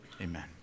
Amen